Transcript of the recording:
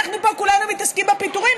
אנחנו פה כולנו מתעסקים בפיטורים,